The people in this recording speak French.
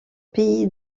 pays